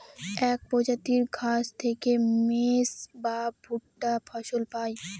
এক প্রজাতির ঘাস থেকে মেজ বা ভুট্টা ফসল পায়